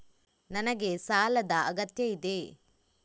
ನನಗೆ ಸಾಲದ ಅಗತ್ಯ ಇದೆ?